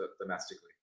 domestically